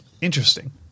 Interesting